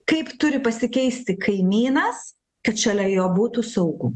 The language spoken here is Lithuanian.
kaip turi pasikeisti kaimynas kad šalia jo būtų saugu